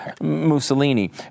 Mussolini